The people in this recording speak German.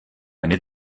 eine